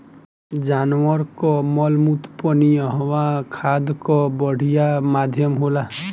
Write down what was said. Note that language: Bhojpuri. जानवर कअ मलमूत्र पनियहवा खाद कअ बढ़िया माध्यम होला